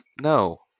No